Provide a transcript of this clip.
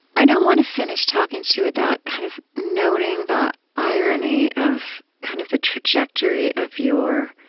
i don't want to finish talking to you without kind of noting the irony of kind of the trajectory of your